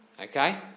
Okay